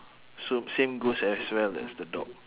so same goes as well as the dog